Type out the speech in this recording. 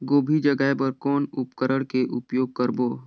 गोभी जगाय बर कौन उपकरण के उपयोग करबो?